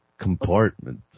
compartment